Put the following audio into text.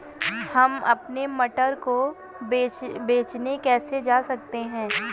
हम अपने मटर को बेचने कैसे जा सकते हैं?